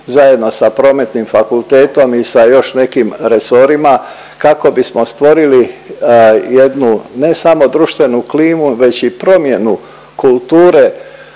zajedno sa Prometnim fakultetom i sa još nekim resorima kako bismo stvorili jednu ne samo društvenu klimu već i promjenu kulture